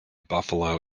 buffalo